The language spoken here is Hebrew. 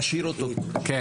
תשאיר אותו פה.